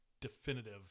definitive